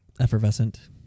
effervescent